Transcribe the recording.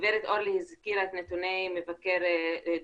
גב' אורלי הזכירה את נתוני דוח מבקר המדינה,